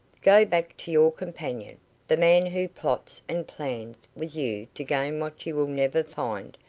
go back to your companion the man who plots and plans with you to gain what you will never find,